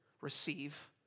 receive